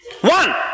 one